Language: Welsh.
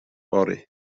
fory